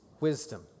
wisdom